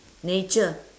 nature